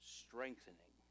strengthening